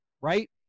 right